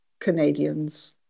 Canadians